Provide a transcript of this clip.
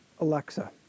Alexa